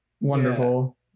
Wonderful